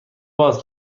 باز